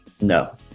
no